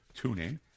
TuneIn